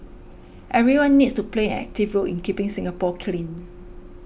everyone needs to play an active role in keeping Singapore clean